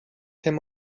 him